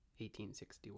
1861